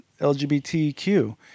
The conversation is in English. LGBTQ